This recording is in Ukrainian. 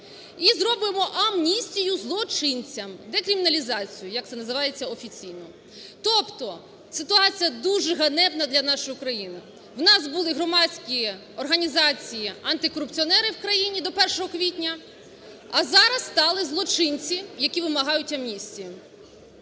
і зробимо амністію злочинцям, декриміналізацію, як це називається офіційно. Тобто ситуація дуже ганебна для нашої України. У нас були громадські організації-антикорупціонери в країні до 1 квітня, а зараз стали злочинці, які вимагають амністії.